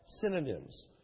synonyms